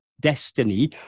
destiny